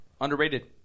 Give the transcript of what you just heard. Underrated